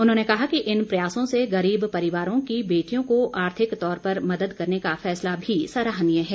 उन्होंने कहा कि इन प्रयासों से गरीब परिवारों की बेटियों को आर्थिक तौर पर मदद करने का फैसला भी सराहनीय है